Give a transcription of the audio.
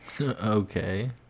Okay